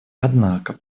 однако